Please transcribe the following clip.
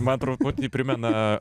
man truputį primena